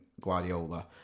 Guardiola